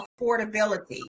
affordability